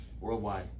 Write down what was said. Worldwide